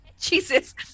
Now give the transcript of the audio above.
Jesus